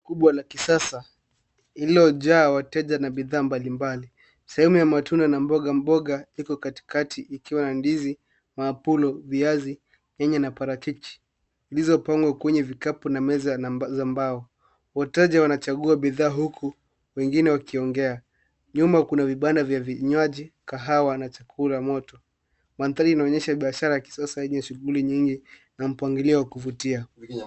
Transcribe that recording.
Kubwa la kisasa iliyojaa wateja na bidhaa mbalimbali. Sehemu ya matunda na mboga mboga iko katikati ikiwa na ndizi, mabolo, viazi, nyanya na parachichi zilizopangwa kwenye vikapu na meza za mbao. Wataja wanachagua bidhaa huku wengine wakiongea. Nyuma kuna vibanda vya vinywaji kahawa na chakula moto. Mandhari inaonyesha biashara ya kisasa yenye shughuli nyingi na mpangilio wa kuvutia.